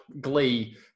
Glee